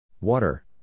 Water